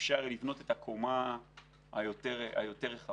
אפשר יהיה לבנות את הקומה היותר רחבה.